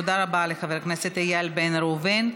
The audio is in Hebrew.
תודה רבה לחבר הכנסת איל בן ראובן.